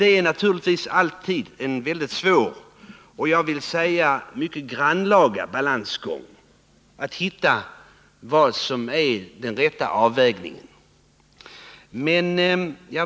Det är naturligtvis alltid en väldigt svår och mycket grannlaga balansgång att hitta vad som är den rätta avvägningen.